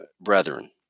brethren